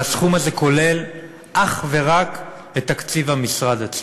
והסכום הזה כולל אך ורק את תקציב המשרד עצמו,